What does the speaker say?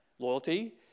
Loyalty